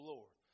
Lord